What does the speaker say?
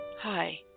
Hi